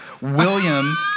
William